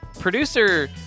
producer